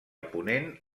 ponent